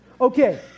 Okay